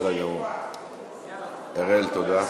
תודה.